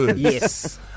Yes